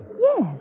Yes